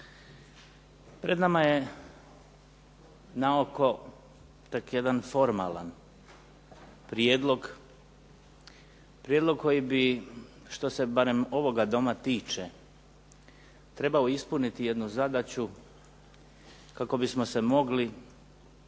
Pred nama je na oko tek jedan formalan prijedlog koji bi što se barem ovoga doma tiče trebao ispuniti jednu zadaću kako bismo se mogli